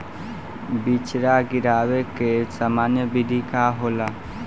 बिचड़ा गिरावे के सामान्य विधि का होला?